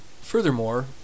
Furthermore